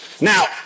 Now